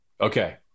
Okay